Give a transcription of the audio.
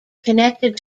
connected